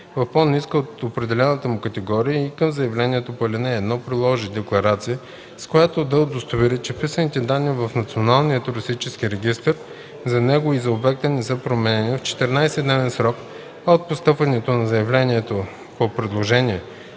в по-ниска от определената му категория и към заявлението по ал. 1 приложи декларация, с която да удостовери, че вписаните данни в Националния туристически регистър за него и за обекта не са променени, в 14-дневен срок от постъпването на заявлението по предложение